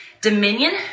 dominion